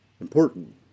important